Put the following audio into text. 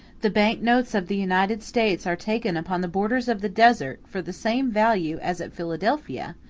the banknotes of the united states are taken upon the borders of the desert for the same value as at philadelphia,